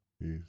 Yes